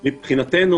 מבחינתנו,